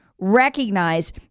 recognize